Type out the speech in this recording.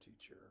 teacher